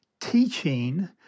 teaching